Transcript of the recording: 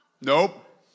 Nope